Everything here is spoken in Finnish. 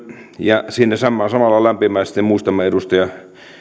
ja siinä samalla lämpimästi muistamme